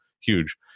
huge